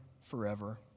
forever